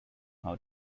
how